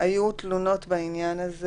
היו לא מעט תלונות בעניין הזה,